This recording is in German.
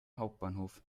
hauptbahnhof